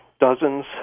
dozens